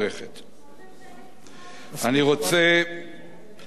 אני רוצה להציע לראש האופוזיציה,